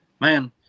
man